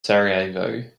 sarajevo